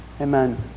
Amen